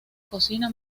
cocina